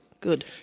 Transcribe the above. good